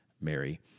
Mary